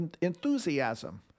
enthusiasm